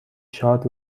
شاد